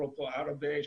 אפרופו עראבה,